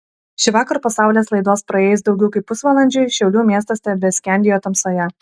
šįvakar po saulės laidos praėjus daugiau kaip pusvalandžiui šiaulių miestas tebeskendėjo tamsoje